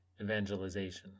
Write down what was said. Evangelization